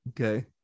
okay